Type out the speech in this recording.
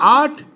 art